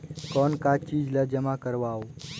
कौन का चीज ला जमा करवाओ?